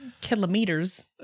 Kilometers